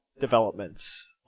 developments